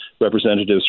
representatives